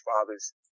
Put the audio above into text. fathers